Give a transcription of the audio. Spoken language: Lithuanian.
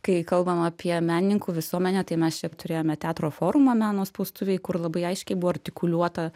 kai kalbam apie menininkų visuomenę tai mes čia apturėjome teatro forumą meno spaustuvėj kur labai aiškiai buvo artikuliuota